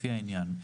לפי העניין".